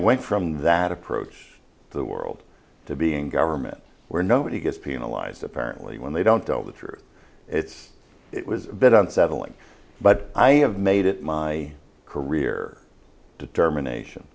went from that approach the world to being government where nobody gets penalized apparently when they don't tell the truth it's it was a bit unsettling but i have made it my career determination